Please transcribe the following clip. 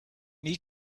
need